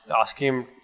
asking